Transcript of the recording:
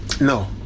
No